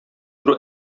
тору